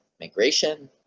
migration